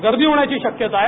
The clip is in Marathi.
गर्दी होण्याची शक्यता आहे